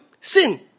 sin